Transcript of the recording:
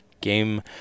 game